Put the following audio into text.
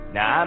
Now